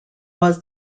was